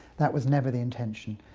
that was never the intention.